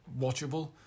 watchable